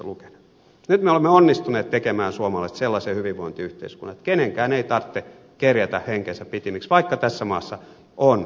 nyt me olemme onnistuneet tekemään suomesta sellaisen hyvinvointiyhteiskunnan että kenenkään ei tarvitse kerjätä henkensä pitimiksi vaikka tässä maassa on köyhyyttä